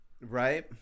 right